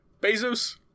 Bezos